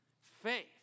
Faith